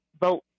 vote